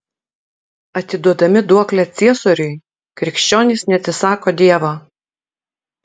atiduodami duoklę ciesoriui krikščionys neatsisako dievo